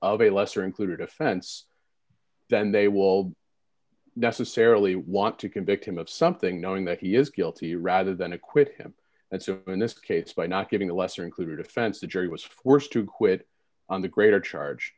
a lesser included offense then they will necessarily want to convict him of something knowing that he is guilty rather than acquit him and so in this case by not giving a lesser included offense the jury was forced to quit on the greater charge